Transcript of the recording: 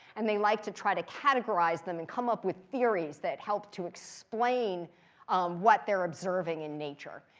and they like to try to categorize them and come up with theories that help to explain what they're observing in nature.